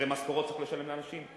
הרי משכורת צריך לשלם לאנשים?